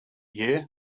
year